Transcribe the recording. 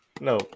No